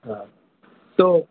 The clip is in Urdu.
ہاں تو